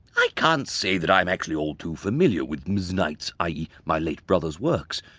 i can't say that i'm actually all too familiar with ms. knight's i e. my late brother's works,